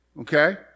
okay